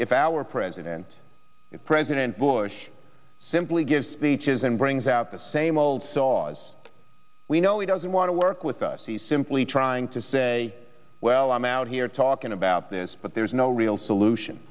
if our president president bush simply gives the cheers and brings out the same old saws we know he doesn't want to work with us he's simply trying to say well i'm out here talking about this but there's no real solution